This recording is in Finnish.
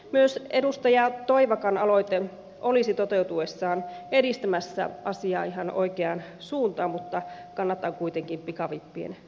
myös edustaja toivakan aloite olisi toteutuessaan edistämässä asiaa ihan oikeaan suuntaan mutta kannatan kuitenkin pikavippien täyskieltoa